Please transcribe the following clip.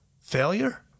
failure